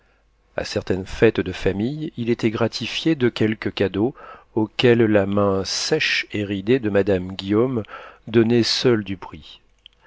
a certaines fêtes de famille il était gratifié de quelques cadeaux auxquels la main sèche et ridée de madame guillaume donnait seule du prix